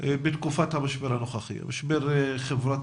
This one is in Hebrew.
בתקופת משבר הקורונה הנוכחי הכולל גם משבר חברתי,